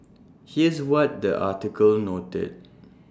here's what the article noted